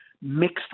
mixed